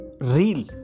real